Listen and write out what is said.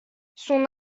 son